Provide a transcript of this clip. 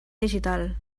digital